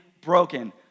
broken